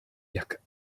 jak